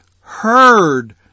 heard